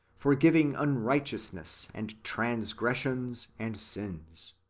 forgiving unrighteousness, and transgressions, and sins